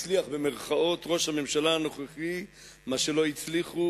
הצליח ראש הממשלה הנוכחי במה שלא הצליחו